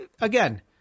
Again